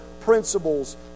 principles